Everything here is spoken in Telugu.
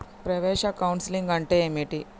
ప్రవేశ కౌన్సెలింగ్ అంటే ఏమిటి?